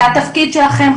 זה התפקיד שלכם,